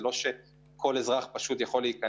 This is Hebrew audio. זה לא שכל אזרח יכול לרדת